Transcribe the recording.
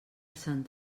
sant